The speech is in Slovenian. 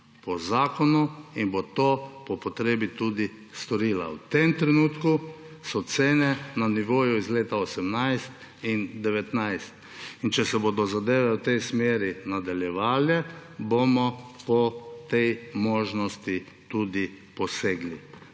po zakonu in bo to po potrebni tudi storila. V tem trenutku so cene na nivoju iz leta 2018 in 2019. Če se bodo zadeve v tej smeri nadaljevale, bomo po tej možnosti tudi posegli.